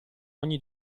ogni